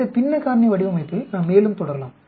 இந்த பின்ன காரணி வடிவமைப்பில் நாம் மேலும் தொடரலாம்